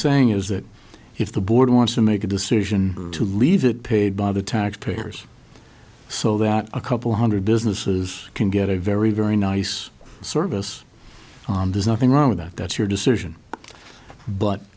saying is that if the board wants to make a decision to leave it paid by the taxpayers so that a couple hundred businesses can get a very very nice service on there's nothing wrong with that that's your decision but